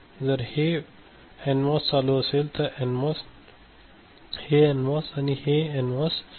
जर हे एनमॉस चालू असेल तर हे एनमॉस आणि हे एनमॉस बंद असणे आवश्यक आहे